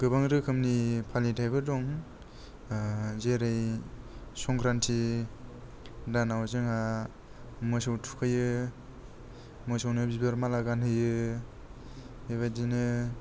गोबां रोखोमनि फालिथाइफोर दं जेरै संक्रान्टि दानाव जोंहा मोसौ थुखैयो मोसौनो बिबार माला गानहोयो बेबादिनो